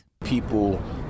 People